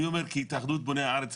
אני כהתאחדות בוני הארץ,